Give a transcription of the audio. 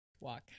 Walk